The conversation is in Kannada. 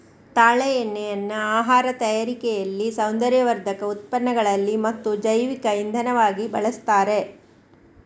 ತಾಳೆ ಎಣ್ಣೆಯನ್ನ ಆಹಾರ ತಯಾರಿಕೆಯಲ್ಲಿ, ಸೌಂದರ್ಯವರ್ಧಕ ಉತ್ಪನ್ನಗಳಲ್ಲಿ ಮತ್ತು ಜೈವಿಕ ಇಂಧನವಾಗಿ ಬಳಸ್ತಾರೆ